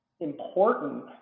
important